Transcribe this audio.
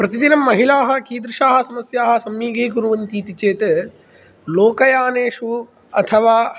प्रतिदिनं महिलाः कीदृशाः समस्याः सम्मुखीकुर्वन्ति इति चेत् लोकयानेषु अथवा